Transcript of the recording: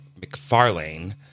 McFarlane